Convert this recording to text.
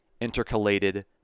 intercalated